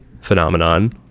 phenomenon